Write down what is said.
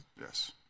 Yes